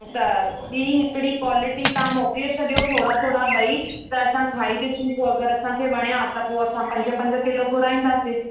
त ॿी हिकिड़ी क्वालिटी तां मोकिले छॾियो थोरा थोरा ॿई त असां खाई ॾिसूं पोइ अगरि असांखे वणियां त पोइ असां पंज पंज किलो घुराईंदासीं